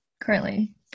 currently